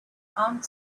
armed